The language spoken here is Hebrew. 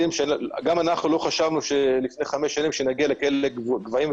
גם אנחנו לא חשבנו לפני חמש שנים שנגיע לכאלה גבהים,